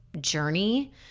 journey